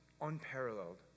unparalleled